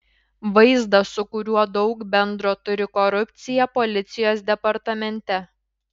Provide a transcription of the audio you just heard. vaizdą su kuriuo daug bendro turi korupcija policijos departamente